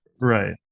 Right